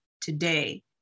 today